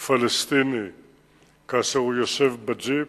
פלסטיני כאשר הוא ישב בג'יפ.